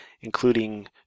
including